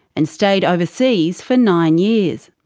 and stayed overseas for nine years.